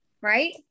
right